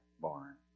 barn